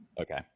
Okay